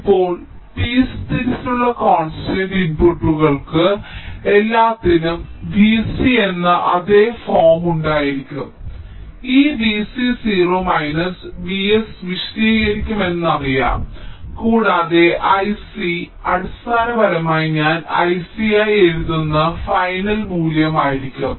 ഇപ്പോൾ പീസ് തിരിച്ചുള്ള കോൺസ്റ്റന്റ് ഇൻപുട്ടുകൾക്ക് എല്ലാത്തിനും V c എന്ന അതേ ഫോം ഉണ്ടായിരിക്കും ഈ V c 0 V s വിശദീകരിക്കുമെന്ന് ഞങ്ങൾക്കറിയാം കൂടാതെ I c അടിസ്ഥാനപരമായി ഞാൻ I c ആയി എഴുതുന്ന ഫൈനൽ മൂല്യമായിരിക്കും